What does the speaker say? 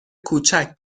کوچک